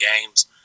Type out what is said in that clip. games